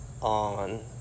on